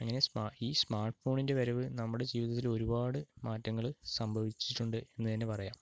അങ്ങനെ സ്മാ ഈ സ്മാർട്ട്ഫോണിൻ്റെ വരവ് നമ്മുടെ ജീവിതത്തിൽ ഒരുപാട് മാറ്റങ്ങൾ സംഭവിച്ചിട്ടുണ്ട് എന്നുതന്നെ പറയാം